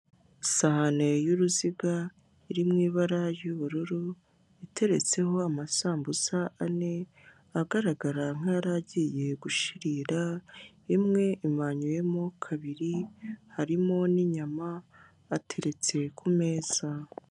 Isahane y'uruziga iri mu ibara y'ubururu iteretseho amasambusa ane agaragara nk'aragiye gushirira imwe imanyuyemo kabiri harimo n'inyama ateretse ku meza.